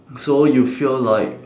so you feel like